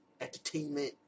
entertainment